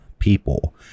people